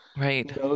right